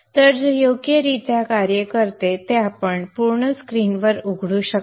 तर जे योग्यरित्या कार्य करते ते आपण पूर्ण स्क्रीनवर उघडू शकता